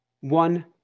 one